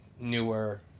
newer